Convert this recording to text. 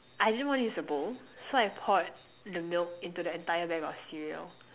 I didn't wanna use the bowl so I poured the milk into the entire bag of cereal